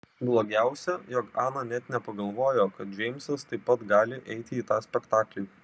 blogiausia jog ana net nepagalvojo kad džeimsas taip pat gali eiti į tą spektaklį